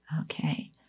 Okay